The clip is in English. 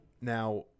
Now